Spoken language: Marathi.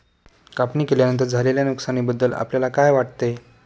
कापणी केल्यानंतर झालेल्या नुकसानीबद्दल आपल्याला काय वाटते?